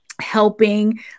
helping